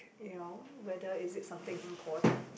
you know whether is it something important